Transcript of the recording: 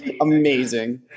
Amazing